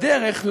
בדרך,